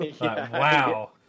Wow